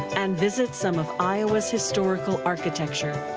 and visit some of iowa's historical architecture.